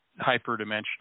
hyperdimensional